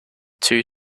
two